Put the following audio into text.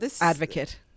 advocate